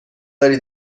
داری